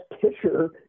pitcher